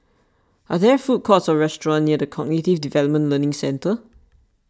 are there food courts or restaurants near the Cognitive Development Learning Centre